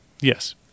Yes